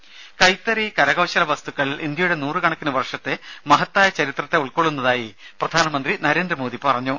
രുമ കൈത്തറി കരകൌശല വസ്തുക്കൾ ഇന്ത്യയുടെ നൂറുകണക്കിന് വർഷത്തെ മഹത്തായ ചരിത്രത്തെ ഉൾക്കൊള്ളുന്നതായി പ്രധാനമന്ത്രി നരേന്ദ്രമോദി പറഞ്ഞു